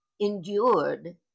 endured